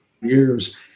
years